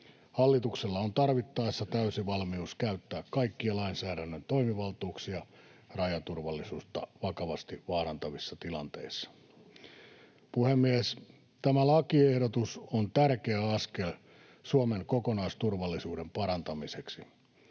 Hallituksella on tarvittaessa täysi valmius käyttää kaikkia lainsäädännön toimivaltuuksia rajaturvallisuutta vakavasti vaarantavissa tilanteissa. Puhemies! Tämä lakiehdotus on tärkeä askel Suomen kokonaisturvallisuuden parantamiseksi.